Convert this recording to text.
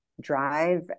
drive